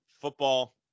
football